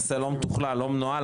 הנושא לא מתוכלל ולא מנוהל,